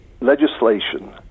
legislation